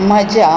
म्हज्या